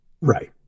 Right